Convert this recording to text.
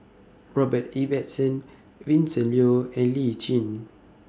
Robert Ibbetson Vincent Leow and Lee Tjin